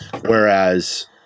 Whereas